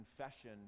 confession